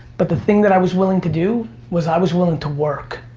but the thing that i was willing to do, was i was willing to work.